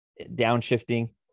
downshifting